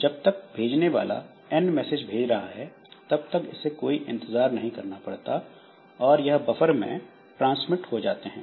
जब तक भेजने वाला n मैसेज भेज रहा है तब तक इसे कोई इंतजार नहीं करना पड़ता और यह बफर में ट्रांसमिट हो जाते हैं